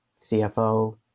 CFO